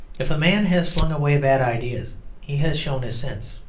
if a man has flung away bad ideas he has shown his sense,